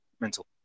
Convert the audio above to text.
mental